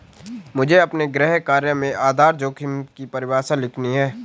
मुझे अपने गृह कार्य में आधार जोखिम की परिभाषा लिखनी है